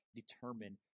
determine